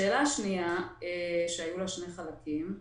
לשאלה השנייה שהיו לה שני חלקים,